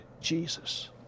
Jesus